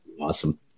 Awesome